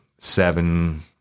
Seven